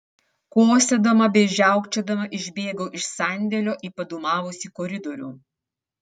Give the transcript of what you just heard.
kosėdama bei žiaukčiodama išbėgu iš sandėlio į padūmavusį koridorių